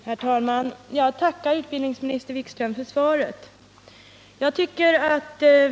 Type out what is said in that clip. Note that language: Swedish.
Herr talman! Jag tackar utbildningsminister Wikström för svaret.